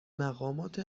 مقامات